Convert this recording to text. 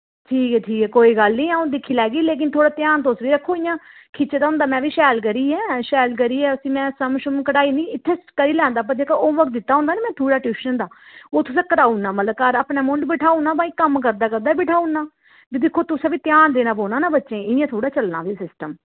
ठीक ऐ ठीक ऐ कोई गल्ल निं अऊं दिक्खी लैह्गी लेकिन थोह्ड़ा ध्यान तुस बी रक्खो इ'यां खिच्चे दा होंदा में शैल करियै शैल करियै उस्सी में सम शुम कढ़ाई निं इत्थै करी लैंदा पर जेह्का होमवर्क दित्ता होंदा निं में थोह्ड़ा ट्यूशन दा ओह् तुसें कराई ओड़ना मतलब अपने मुंढ बठाई ओड़ना भाएं कम्म करदे करदे बठाही ओड़ना ते दिक्खो तुसें बी ध्यान देने पौना ना बच्चे गी इ'यां थोह्ड़े चलना फ्ही सिस्टम